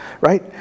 right